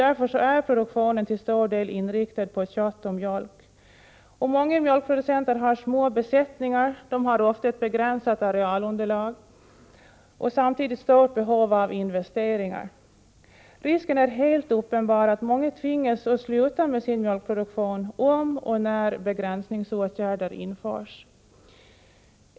Därför är produktionen till stor del inriktad på kött och mjölk. Många mjölkproducenter har små besättningar, ofta ett begränsat arealunderlag och samtidigt stort behov av investeringar. Risken är helt uppenbar att många tvingas sluta med sin mjölkproduktion om och när begränsningsåtgärder införs.